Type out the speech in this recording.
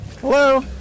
Hello